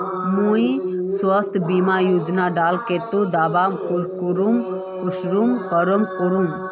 मुई स्वास्थ्य बीमा योजना डार केते दावा कुंसम करे करूम?